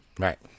Right